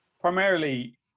primarily